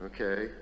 okay